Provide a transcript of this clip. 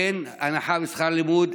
אין הנחה בשכר לימוד,